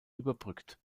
überbrückt